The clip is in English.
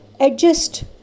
adjust